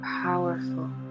powerful